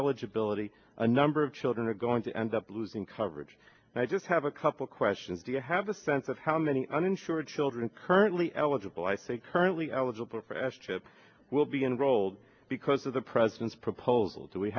eligibility a number of children are going to end up losing coverage and i just have a couple questions do you have a sense of how many uninsured children currently eligible i say currently eligible for s chip will be enrolled because of the president's proposal to we